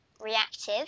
reactive